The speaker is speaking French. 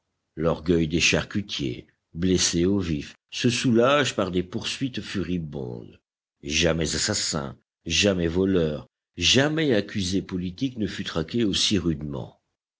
l'orgueil des charcutiers blessé au vif se soulage par des poursuites furibondes jamais assassin jamais voleur jamais accusé politique ne fut traqué aussi rudement